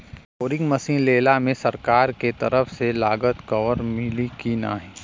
Boring machine लेला मे सरकार के तरफ से लागत कवर मिली की नाही?